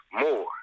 more